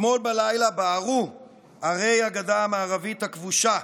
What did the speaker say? אתמול בלילה בערו ערי הגדה המערבית הכבושה.